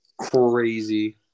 Crazy